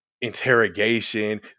interrogation